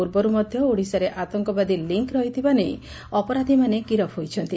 ପୂର୍ବରୁ ମଧ୍ୟ ଓଡ଼ିଶାରେ ଆତଙ୍ବାଦୀ ଲିଙ୍ ରହିଥିବା ନେଇ ଅପରାଧୀମାନେ ଗିରଫ ହୋଇଛନ୍ତି